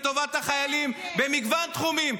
לטובת החיילים במגוון תחומים,